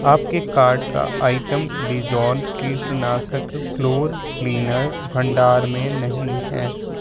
आपके कार्ट का item Lizol कीटनाशक फ्लोर क्लीनर भंडार में नहीं है